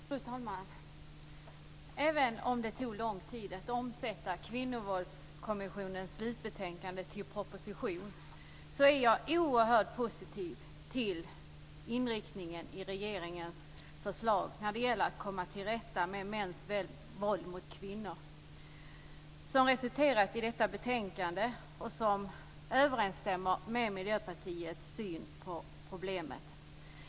Fru talman! Även om det tog lång tid att omsätta Kvinnovåldskommissionens slutbetänkande i en proposition är jag oerhört positiv till inriktningen i regeringens förslag när det gäller att komma till rätta med mäns våld mot kvinnor, som resulterat i detta betänkande och som överensstämmer med Miljöpartiets syn på problemet.